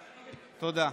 תודה.